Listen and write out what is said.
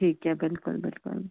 ठीक है बिल्कुल बिल्कुल